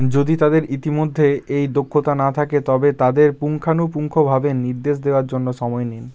যদি তাদের ইতিমধ্যে এই দক্ষতা না থাকে তবে তাদের পুঙ্খানুপুঙ্খভাবে নির্দেশ দেওয়ার জন্য সময় নিন